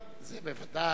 זה בוודאי.